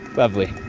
lovely.